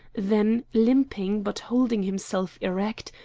then limping, but holding himself erect,